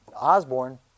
Osborne